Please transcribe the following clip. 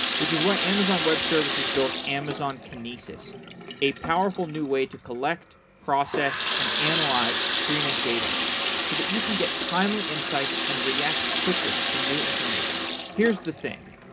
which is why amazon web services built amazon kinesis a powerful new way to collect, process and analyze streaming data so that you can get timely insights and react quickly to new information. here's the thing,